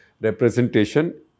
representation